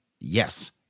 yes